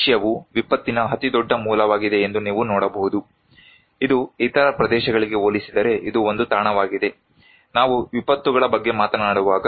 ಏಷ್ಯಾವು ವಿಪತ್ತಿನ ಅತಿದೊಡ್ಡ ಮೂಲವಾಗಿದೆ ಎಂದು ನೀವು ನೋಡಬಹುದು ಇದು ಇತರ ಪ್ರದೇಶಗಳಿಗೆ ಹೋಲಿಸಿದರೆ ಇದು ಒಂದು ತಾಣವಾಗಿದೆ ನಾವು ವಿಪತ್ತುಗಳ ಬಗ್ಗೆ ಮಾತನಾಡುವಾಗ